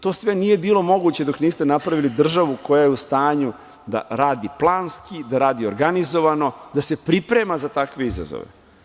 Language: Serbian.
To sve nije bilo moguće dok niste napravili državu koja je u stanju da radi planski, da radi organizovano, da se priprema za takve izazove.